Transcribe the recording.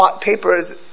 papers